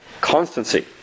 constancy